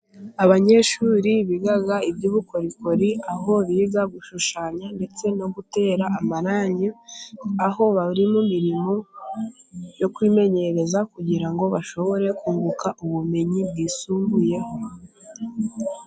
Abanyeshuri biga iby'ubukorikori, aho biga gushushanya ndetse no gutera amarangi, aho bari mu mirimo yo kwimenyereza, kugira ngo bashobore kunguka ubumenyi bwisumbuyeho.